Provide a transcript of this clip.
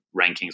rankings